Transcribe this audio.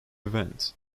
event